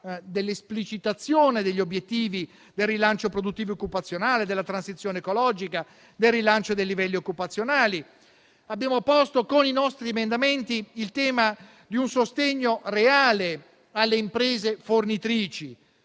dell'esplicitazione degli obiettivi del rilancio produttivo ed occupazionale, della transizione ecologica e del rilancio dei livelli occupazionali. Abbiamo posto, con i nostri emendamenti, il tema di un sostegno reale alle imprese fornitrici